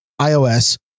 iOS